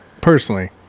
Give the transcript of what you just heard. personally